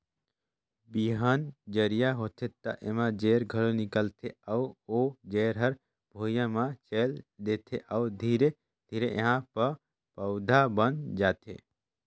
बिहान जरिया होथे त एमा जेर घलो निकलथे अउ ओ जेर हर भुइंया म चयेल देथे अउ धीरे धीरे एहा प पउधा बन जाथे